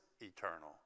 eternal